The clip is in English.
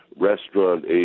restaurant